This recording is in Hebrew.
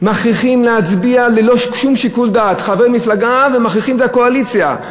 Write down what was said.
מכריחים להצביע ללא שום שיקול דעת חברי מפלגה ומכריחים את הקואליציה.